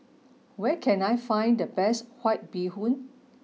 where can I find the best white bee hoon